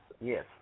yes